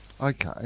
Okay